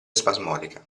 spasmodica